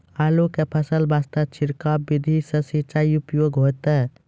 आलू के फसल वास्ते छिड़काव विधि से सिंचाई उपयोगी होइतै?